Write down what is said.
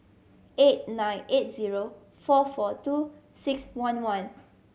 eight nine eight zero four four two six one one